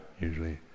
usually